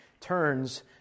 turns